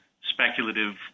speculative